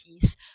peace